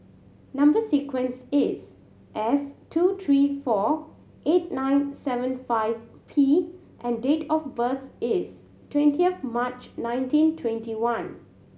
number sequence is S two three four eight nine seven five P and date of birth is twenty of March nineteen twenty one